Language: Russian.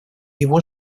его